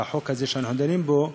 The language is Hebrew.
והחוק הזה שאנחנו דנים בו,